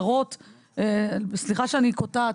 --- סליחה אני קוטעת,